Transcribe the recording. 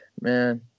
man